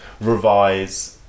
revise